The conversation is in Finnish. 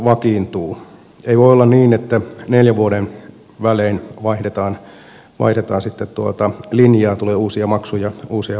ei voi olla niin että neljän vuoden välein vaihdetaan sitten linjaa tulee uusia maksuja uusia veroja